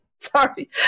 Sorry